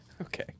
Okay